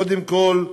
קודם כול,